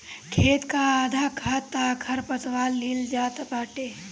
खेत कअ आधा खाद तअ खरपतवार लील जात बाटे